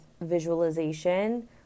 visualization –